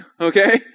okay